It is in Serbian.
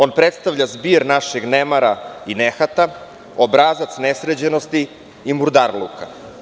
On predstavlja zbir našeg nemara i nehata, obrazac nesređenosti i murdarluka.